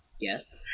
Yes